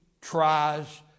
tries